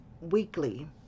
weekly